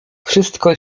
wszystko